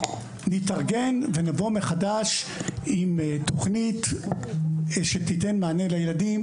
נתארגן ונבוא מחדש עם תוכנית שתיתן מענה לילדים.